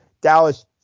Dallas